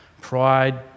pride